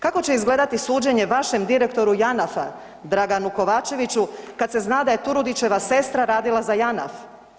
Kako će izgledati suđenje vašem direktoru Janafa Draganu Kovačeviću kad se zna da je Turudićeva sestra radila za Janaf?